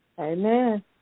Amen